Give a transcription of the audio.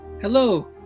Hello